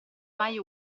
mai